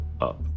up